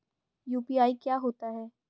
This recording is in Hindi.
यू.पी.आई क्या होता है?